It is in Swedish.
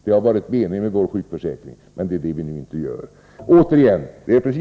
Det har varit meningen med vår sjukförsäkring, men så är inte fallet nu.